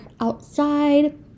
outside